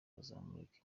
azamurika